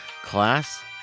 Class